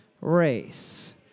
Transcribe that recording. race